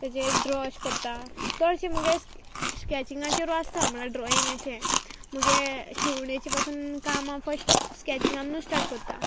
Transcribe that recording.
तेजेर ड्रॉ अेश करतां चडशें मुगे स्कॅचिंगाचेरू आसता म्हुळ्यार ड्रॉइंग अेशें मुगे शिवणेचें पासून काम हांव फर्स्ट स्कॅचिंगानूच स्टार्ट करता